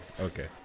okay